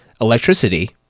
electricity